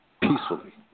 Peacefully